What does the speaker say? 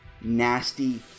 nasty